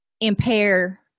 impair